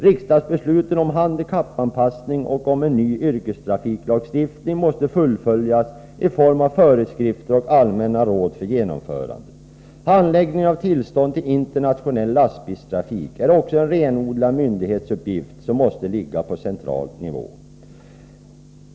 Riksdagsbesluten om handikappanpassning och om en ny yrkestrafiklagstiftning måste fullföljas i form av föreskrifter och allmänna råd för genomförandet. Handläggningen av tillstånd till internationell lastbilstrafik är också en renodlad myndighetsuppgift som måste ligga på central nivå.